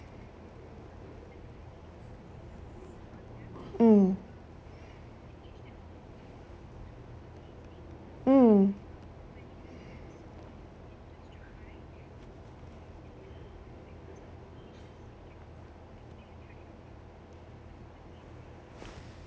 mm